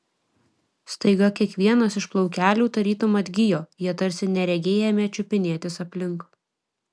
staiga kiekvienas iš plaukelių tarytum atgijo jie tarsi neregiai ėmė čiupinėtis aplink